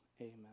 amen